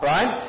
Right